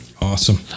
Awesome